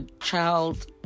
child